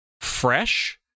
fresh